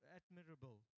admirable